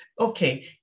Okay